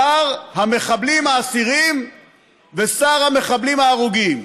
שר המחבלים האסירים ושר המחבלים ההרוגים.